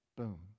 Boom